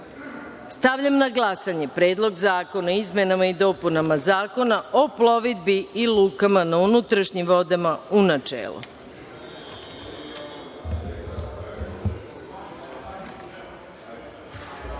godini. Stavljam na glasanje Predlog zakona o izmenama i dopunama Zakona o plovidbi i lukama na unutrašnjim vodama, u